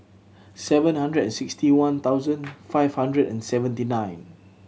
seven hundred and sixty one thousand five hundred and seventy nine